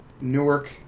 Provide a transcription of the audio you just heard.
Newark